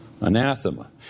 Anathema